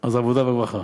אז העבודה והרווחה?